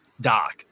doc